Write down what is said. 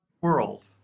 world